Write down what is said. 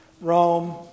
Rome